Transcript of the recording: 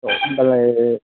औ होमबालाय